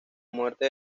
muerte